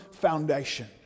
foundation